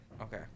Okay